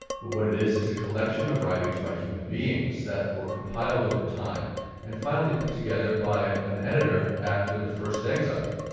but what it is is a collection of writings by human beings that were compiled over time and finally put together by an editor after the first exile,